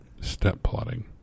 Step-plotting